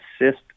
assist